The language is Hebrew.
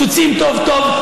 קצוצים טוב-טוב,